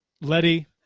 Letty